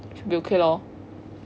should be okay lor